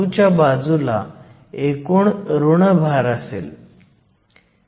9 आहे म्हणजे सिलिकॉनचे ज्ञात मूल्य आहे